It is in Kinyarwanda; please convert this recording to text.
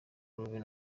revenue